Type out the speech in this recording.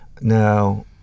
Now